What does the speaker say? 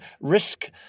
risk